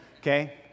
Okay